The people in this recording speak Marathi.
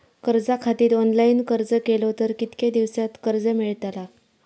कर्जा खातीत ऑनलाईन अर्ज केलो तर कितक्या दिवसात कर्ज मेलतला?